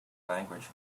language